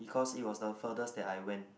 because it was the furthest that I went